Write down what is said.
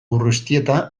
urreiztieta